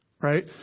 right